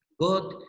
God